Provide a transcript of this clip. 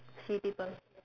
see people